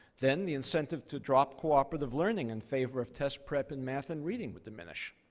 then the incentive to drop cooperative learning in favor of test prep in math and reading would diminish.